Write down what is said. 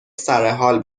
سرحال